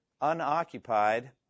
unoccupied